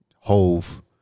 hove